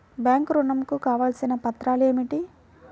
Bank ఋణం కు కావలసిన పత్రాలు ఏమిటి?